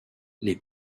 les